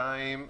שנית,